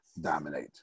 dominate